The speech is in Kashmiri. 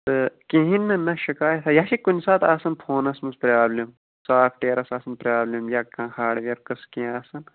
تہٕ کِہیٖنٛۍ نہٕ نہَ شکایت یہِ ہَے چھےٚ کُنہِ ساتہٕ آسان فونَس منٛز پرٛابلِم سافٹہٕ ویرَس آسان پرٛابلِم یا کانٛہہ ہاڑویر قٕصہٕ کیٚنٛہہ آسان